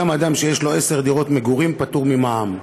גם אדם שיש לו עשר דירות מגורים פטור ממע"מ.